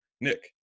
Nick